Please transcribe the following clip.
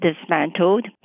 dismantled